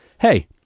hey